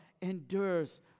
endures